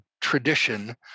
tradition